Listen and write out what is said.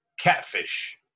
catfish